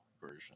Version